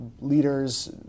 leaders